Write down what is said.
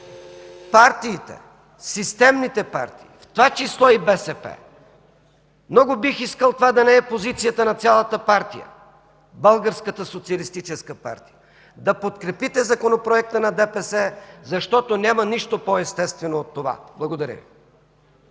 партиите, системните партии, в това число и БСП, много бих искал това да не е позицията на цялата партия – Българската социалистическа партия, да подкрепите законопроекта на ДПС, защото няма нищо по-естествено от това. Благодаря Ви.